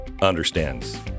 understands